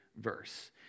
verse